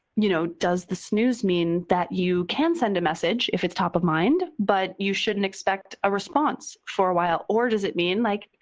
you know does the snooze mean that you can send a message if it's top of mind, but you shouldn't expect a response for a while, or does it mean like,